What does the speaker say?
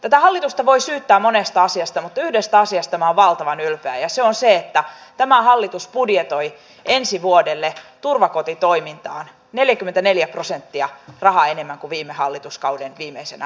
etähoidosta voi syyttää monesta asiasta mutta yhdestä asiasta valtavan ylpeä kulttuuriministeriön budjetissa on kohtia joissa hallitus budjetoi ensi vuodelle turvakotitoimintaan neljäkymmentäneljä prosenttia rahaa enemmän kun viime hallituskauden viimeisenä